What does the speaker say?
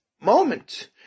moment